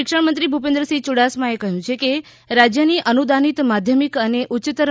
શિક્ષણમંત્રી ભૂપેન્દ્રસિંહ યુડાસમાએ કહ્યુ છે કે રાજયની અનુદાનિત માધ્યમિક અને ઉચ્યતર